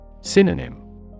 Synonym